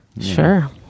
Sure